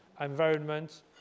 environment